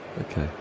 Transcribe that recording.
Okay